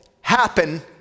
happen